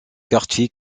quartiers